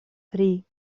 tri